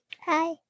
Hi